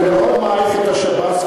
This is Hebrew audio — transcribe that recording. אני מאוד מעריך את השב"ס,